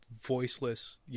voiceless